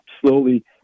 slowly